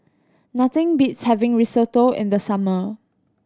nothing beats having Risotto in the summer